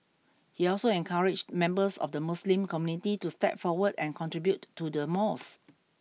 he also encouraged members of the Muslim community to step forward and contribute to the mosque